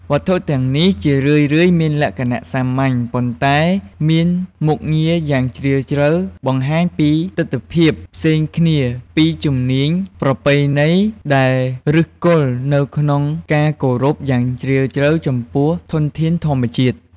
វត្ថុទាំងនេះ ជារឿយៗមានលក្ខណៈសាមញ្ញ ប៉ុន្តែមានមុខងារយ៉ាងជ្រាលជ្រៅ បង្ហាញពីទិដ្ឋភាពផ្សេងគ្នានៃជំនាញប្រពៃណីដែលឫសគល់នៅក្នុងការគោរពយ៉ាងជ្រាលជ្រៅចំពោះធនធានធម្មជាតិ។